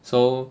so